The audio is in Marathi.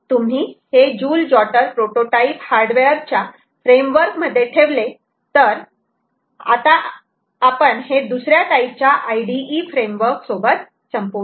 तुम्ही हे जुल जॉटर प्रोटोटाइप हार्डवेअर च्या फ्रेमवर्क मध्ये ठेवले तर आता आपण हे दुसऱ्या टाईपच्या IDE फ्रेमवर्क सोबत संपवू यात